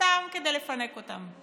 סתם כדי לפנק אותם?